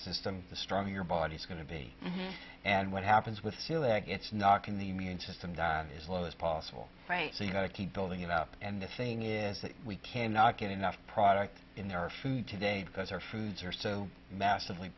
system the stronger your body's going to be and what happens with it's knocking the immune system done as well as possible so you've got to keep building it up and the thing is that we cannot get enough product in our food today because our foods are so massively